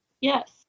Yes